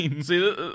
See